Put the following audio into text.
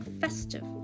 festive